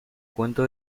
cuento